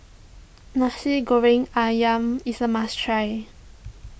Nasi Goreng Ayam is a must try